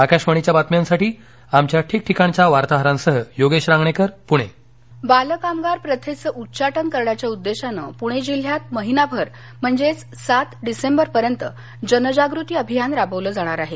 आकाशवाणीच्या बातम्यांसाठी आमच्या ठीकठिकाणच्या वार्ताहरांसह योगेश रांगणेकर पुणे बालकामगार बाल कामगार प्रथेचं उच्चाटन करण्याच्या उद्देशानं पूणे जिल्ह्यात महिनाभर म्हणजेच सात डिसेंबर पर्यंत जनजागृती अभियान राबवलं जाणार आहे